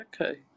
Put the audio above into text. okay